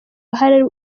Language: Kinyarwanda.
uruhare